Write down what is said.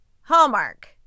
hallmark